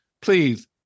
please